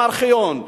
גם ארכיון,